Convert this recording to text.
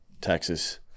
Texas